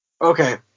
Okay